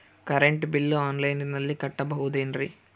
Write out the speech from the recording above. Current bill ಆನ್ಲೈನಿನಲ್ಲಿ ಕಟ್ಟಬಹುದು ಏನ್ರಿ?